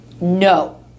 no